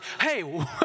hey